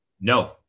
No